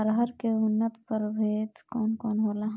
अरहर के उन्नत प्रभेद कौन कौनहोला?